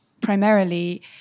primarily